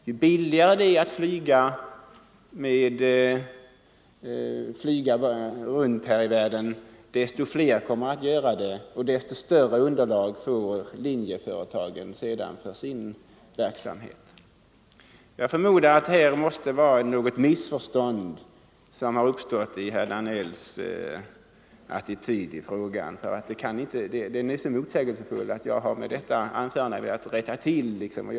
Ju billigare det är att flyga, desto flera kommer att göra det och desto större underlag får linjeföretagen för sin verksamhet. Något missförstånd måste ha uppstått. Herr Danells resonemang är så motsägelsefullt, att jag med detta anförande har velat rätta till vissa saker.